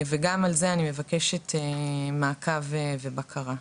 גם על זה אני מבקשת לעשות מעקב ובקרה.